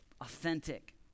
authentic